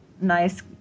nice